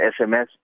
SMS